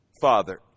Father